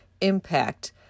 impact